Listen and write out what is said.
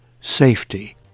safety